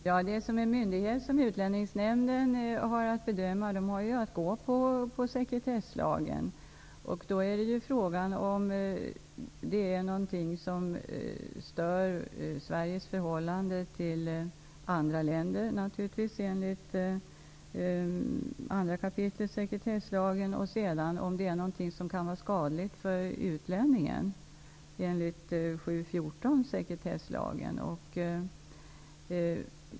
Fru talman! Utlänningsnämnden har som myndighet att följa sekretesslagen. Då är det fråga om huruvida detta är något som stör Sveriges förhållande till andra länder enligt 2 kap. sekretesslagen. Vidare är det fråga om huruvida detta kan vara skadligt för utlänningen enligt 7 kap. 14 § sekretesslagen.